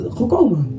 gekomen